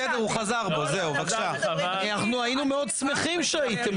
אנחנו היינו מאוד שמחים שהייתם מציעים.